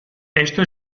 esto